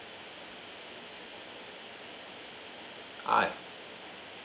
I